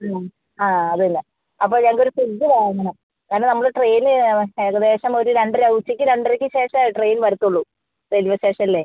ആ അതില്ല അപ്പോൾ ഞങ്ങൾക്ക് ഒരു ഫ്രിഡ്ജ് വാങ്ങണം കാരണം നമ്മൾ ട്രെയിൻ ഏകദേശം ഒരു രണ്ടര ഉച്ചയ്ക്ക് രണ്ടരയ്ക്ക് ശേഷമേ ട്രെയിൻ വരുള്ളൂ റെയിൽവേ സ്റ്റേഷനിലേ